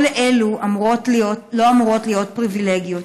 כל אלו לא אמורות להיות פריבילגיות,